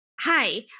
hi